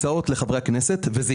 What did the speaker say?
הבאים.